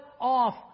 off